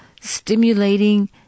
stimulating